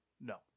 No